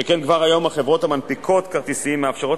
שכן כבר היום החברות המנפיקות כרטיסים מאפשרות